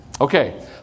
Okay